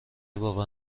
باور